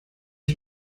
ich